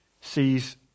sees